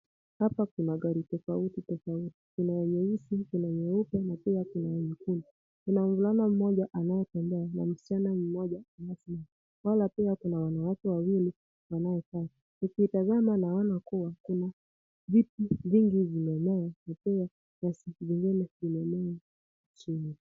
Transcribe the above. Hapa kuna gari tofauti tofauti, kuna nyeusi, kuna nyeupe na pia kuna ya nyekundu. Kuna mvulana mmoja anayetembea na msichana mmoja anayesimama, wala pia kuna wanawake wawili wanaokaa. Nikitazama naona kuwa kuna vitu vingi vimemea na pia nyasi zingine zimemea chini.